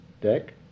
deck